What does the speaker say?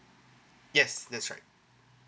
yes that's right